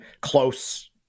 close